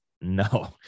no